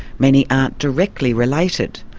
many aren't directly related,